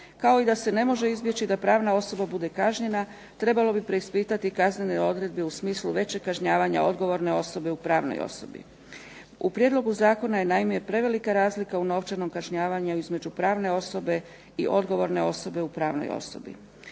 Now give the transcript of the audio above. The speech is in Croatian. kao što se ne može izbjeći da pravna osoba bude kažnjena, trebalo bi ispitati kaznene odredbe u smislu većeg kažnjavanja odgovorne osobe u pravnoj osobi. U prijedlogu zakona je naime prevelika razlika u novčanom kažnjavanju između pravne osobe i odgovorne osobe u pravnoj osobi.